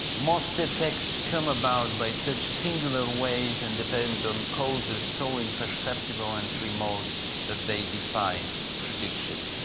most defects come about by such singular ways and depend on causes so imperceptible and remote that they defy prediction.